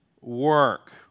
work